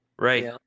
right